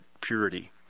purity